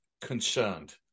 concerned